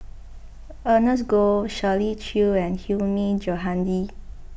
Ernest Goh Shirley Chew and Hilmi Johandi